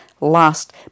last